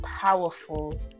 powerful